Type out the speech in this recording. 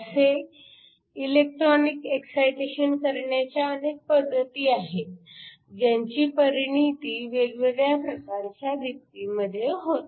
असे electronic excitation करण्याच्या अनेक पद्धती आहेत ज्यांची परिणीती वेगवेगळ्या प्रकारच्या दीप्तीमध्ये होते